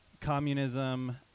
communism